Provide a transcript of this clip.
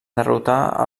derrotar